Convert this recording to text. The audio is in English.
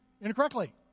incorrectly